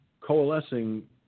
coalescing